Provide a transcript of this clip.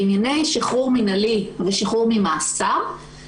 בענייני שחרור מינהלי ושחרור ממאסר,